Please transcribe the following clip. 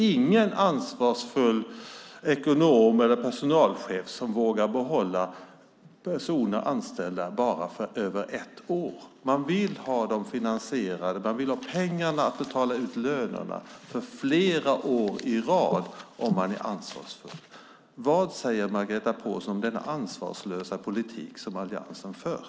Ingen ansvarsfull ekonom eller personalchef vågar behålla personer anställda bara över ett år. Man vill ha det finansierat. Man vill ha pengar att betala ut lönerna för flera år i rad med om man är ansvarsfull. Vad säger Margareta Pålsson om denna ansvarslösa politik som alliansen för?